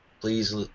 please